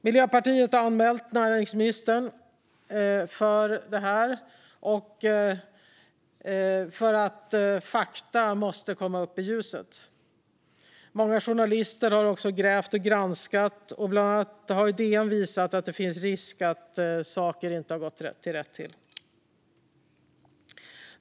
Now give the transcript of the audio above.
Miljöpartiet har anmält näringsministern för det här. Fakta måste komma upp i ljuset. Många journalister har grävt i och granskat detta. Bland annat har DN visat att det finns risk att saker inte gått rätt till.